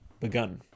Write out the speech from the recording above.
begun